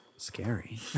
scary